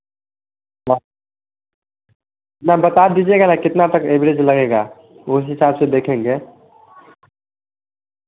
ma'am बता दीजिएगा यह कितना तक एवरेज लगेगा उस हिसाब से देखेंगे